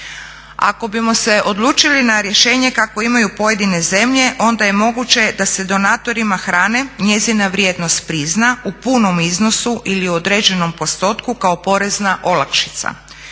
Ako bimo se odlučili na rješenje kakvo imaju pojedine zemlje, onda je moguće da se donatorima hrane njezina vrijednost prizna u punom iznosu ili u određenom postotku kao porezna olakšica.